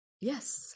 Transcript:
Yes